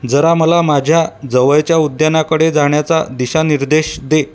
जरा मला माझ्या जवळच्या उद्यानाकडे जाण्याचा दिशानिर्देश दे